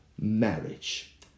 marriage